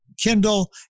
kindle